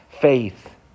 faith